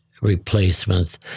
replacements